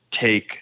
take